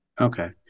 Okay